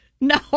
No